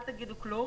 אל תגידו כלום